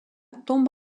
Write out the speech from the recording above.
tombe